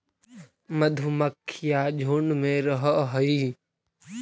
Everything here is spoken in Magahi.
मधुमक्खियां झुंड में रहअ हई